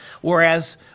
whereas